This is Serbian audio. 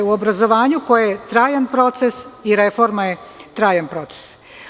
U obrazovanju koje je trajan proces i reforma je trajan proces.